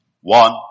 one